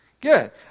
Good